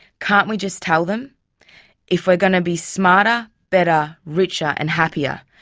can't we just tell them if we're going to be smarter, better, richer and happier,